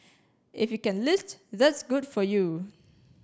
if you can list that's good for you